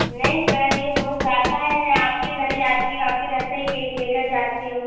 नहीं सर ये बहुत ज़्यादा है मैं आपके इधर ही आती हूँ आपके इधर से ही केक ले कर जाती हूँ